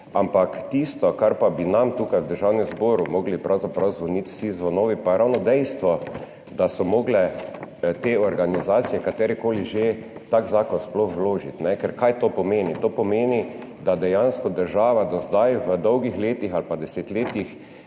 ampak tisto, kjer bi nam tukaj v Državnem zboru morali pravzaprav zvoniti vsi zvonovi, pa je ravno dejstvo, da so morale te organizacije, katerekoli že, tak zakon sploh vložiti. Ker kaj to pomeni? To pomeni, da dejansko država do zdaj v dolgih letih ali pa desetletjih